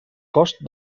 cost